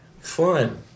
fun